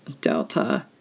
delta